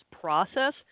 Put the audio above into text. process